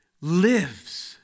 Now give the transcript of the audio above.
lives